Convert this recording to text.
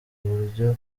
uburyo